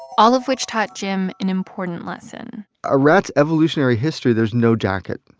all of which taught jim an important lesson a rat's evolutionary history there's no jacket,